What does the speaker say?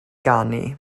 ganu